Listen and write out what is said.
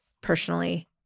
personally